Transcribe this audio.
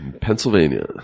Pennsylvania